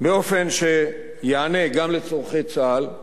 באופן שיענה גם על צורכי צה"ל,